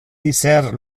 dicer